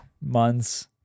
months